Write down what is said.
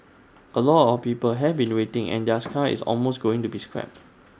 A lot of people have been waiting and theirs car is almost going to be scrapped